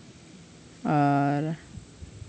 ᱟᱨ